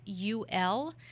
UL